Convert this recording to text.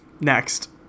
Next